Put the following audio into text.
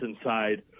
inside